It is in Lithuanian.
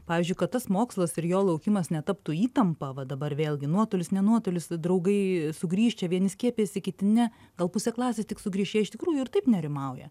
pavyzdžiui kad tas mokslas ir jo laukimas netaptų įtampa va dabar vėlgi nuotolis ne nuotolis draugai sugrįš čia vieni skiepijasi kiti ne gal pusė klasės tik sugrįš jie iš tikrųjų ir taip nerimauja